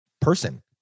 person